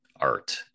art